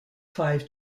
five